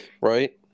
Right